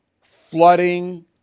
flooding